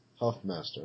Huffmaster